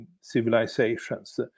civilizations